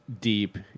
deep